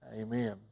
Amen